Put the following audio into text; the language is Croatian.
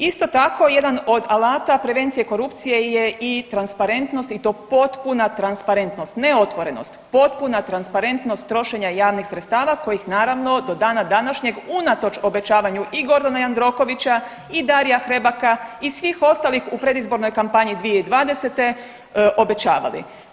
Isto tako jedan od alata prevencije korupcije je i transparentnost i to potpuna transparentnost, ne otvorenost, potpuna transparentnost trošenja javnih sredstava kojih naravno do dana današnjeg unatoč obećavanju i Gordana Jandrokovića i Daria Hrebaka i svih ostalih u predizbornoj kampanji 2020.-te obećavali.